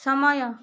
ସମୟ